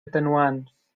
atenuants